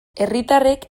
herritarrek